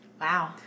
Wow